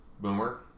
Boomer